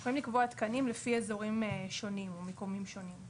אפשר לקבוע תקנים לפי אזורים או מיקומים שונים.